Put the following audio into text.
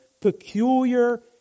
peculiar